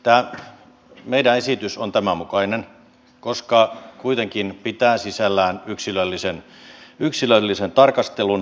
tämä meidän esityksemme on tämän mukainen koska se kuitenkin pitää sisällään yksilöllisen tarkastelun